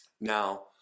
Now